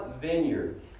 vineyard